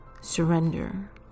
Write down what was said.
surrender